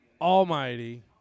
Almighty